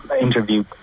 interview